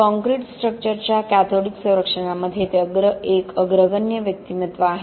concrete स्ट्रक्चर्सच्या cathodic संरक्षणामध्ये ते एक अग्रगण्य व्यक्तिमत्त्व आहे